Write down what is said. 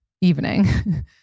evening